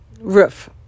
roof